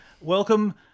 Welcome